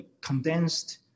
condensed